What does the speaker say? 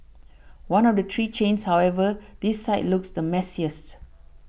one of the three chains however this site looks the messiest